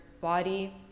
body